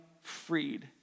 freed